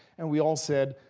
and we all said,